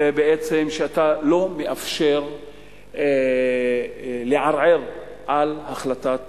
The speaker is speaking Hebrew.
בעצם, שאתה לא מאפשר לערער על החלטת